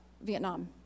Vietnam